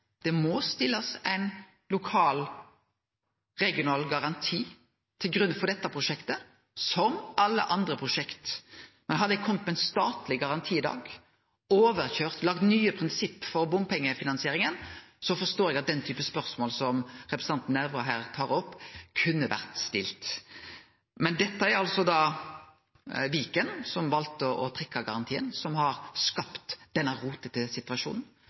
Det må stillast ein lokal, regional garanti til grunn for dette prosjektet, som for alle andre prosjekt. Men hadde eg kome med ein statleg garanti i dag, overkøyrt og laga nye prinsipp for bompengefinansieringa, forstår eg at ein kunne ha stilt den typen spørsmål som representanten Nævra her tar opp. Men det er Viken, som valde å trekkje garantien, som har skapt denne «rotete» situasjonen.